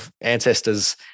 ancestors